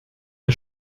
der